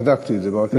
בדקתי את זה.